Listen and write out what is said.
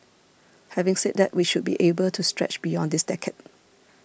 having said that we should be able to stretch beyond this decade